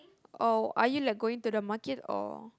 oh are you like going to the market or